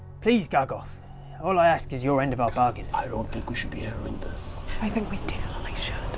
please gargoth all i ask is your end of our bargain. i don't think we should be hearing i mean this i think we definitely should